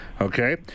Okay